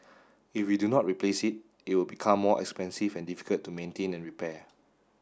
if we do not replace it it will become more expensive and difficult to maintain and repair